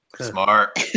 Smart